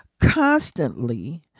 constantly